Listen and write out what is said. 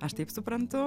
aš taip suprantu